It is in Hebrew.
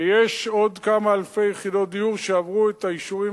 ויש עוד כמה אלפי יחידות דיור שעברו את האישורים